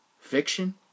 fiction